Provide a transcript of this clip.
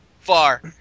far